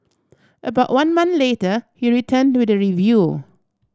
about one month later he return to the review